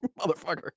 Motherfucker